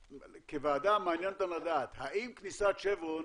כוועדה מעניין אותנו לדעת האם כניסת שברון